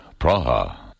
Praha